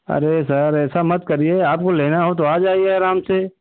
अरे सर ऐसा मत करिए आपको लेना हो तो आ जाइए आराम से